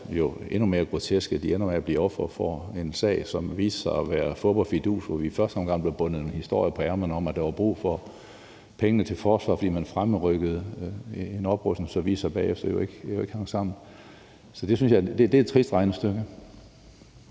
jo endnu mere grotesk, at de ender med at blive ofre for en sag, som viste sig at være fup og fidus, altså hvor vi i første omgang blev bundet en historie på ærmet om, at der var brug for pengene til forsvar, fordi man fremrykkede en oprustning, som jo bagefter viste sig ikke at hænge sammen. Så det er et trist regnestykke.